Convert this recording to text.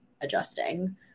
adjusting